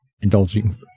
indulging